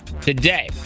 today